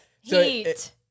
Heat